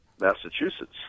Massachusetts